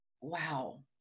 wow